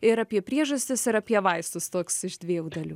ir apie priežastis ir apie vaistus toks iš dviejų dalių